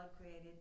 created